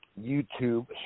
YouTube